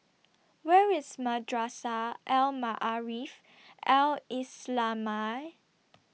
Where IS Madrasah Al Maarif Al Islamiah